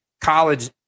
college